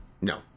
No